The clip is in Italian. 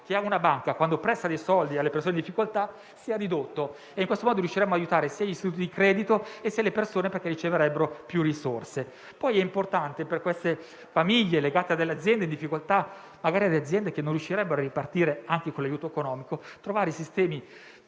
della banca che presta soldi alle persone in difficoltà sia ridotto. In questo modo, riusciremmo ad aiutare sia gli istituti di credito sia le persone, perché riceverebbero più risorse. È poi importante, per le famiglie legate a delle aziende in difficoltà, aziende che non riuscirebbero a ripartire neanche con l'aiuto economico, trovare sistemi più